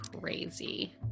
crazy